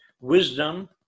Wisdom